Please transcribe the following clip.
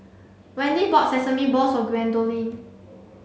Wendy bought sesame balls for Gwendolyn